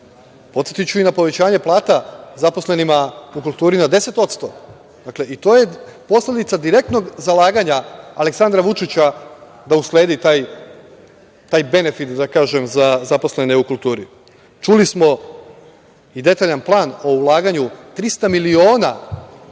verovatno. Podsetiću i na povećanje plata zaposlenima u kulturi na 10%. I to je posledica direktnog zalaganja Aleksandra Vučića da usledi taj benefit za zaposlene u kulturi. Čuli smo i detaljan plan o ulaganju, 300 miliona u kulturu,